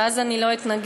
ואז אני לא אתנגד.